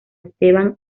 esteban